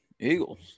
Eagles